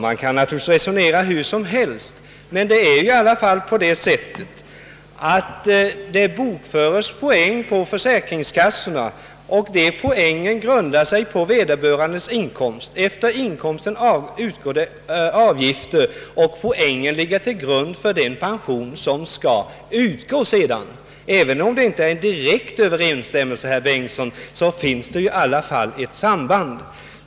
Man kan naturligtvis resonera hur som helst, men det bokförs i alla fall poäng på försäkringskassorna, och dessa poäng grundar sig på vederbörandes inkomst. Efter inkomsten utgår avgifter, och poängen ligger till grund för den pension som sedan skall utgå. även om det inte är en direkt överensstämmelse, herr Bengtsson i Varberg, finns det i alla fall ett samband.